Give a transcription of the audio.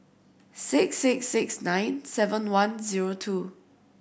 six six six nine seven one zero two